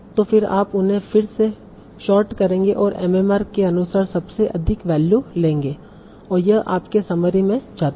तो फिर आप उन्हें फिर से सॉर्ट करेंगे और MMR के अनुसार सबसे अधिक वैल्यू लेंगे और यह आपके समरी में जाता है